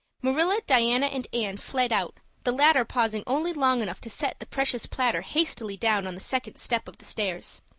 marilla, diana, and anne fled out, the latter pausing only long enough to set the precious platter hastily down on the second step of the stairs.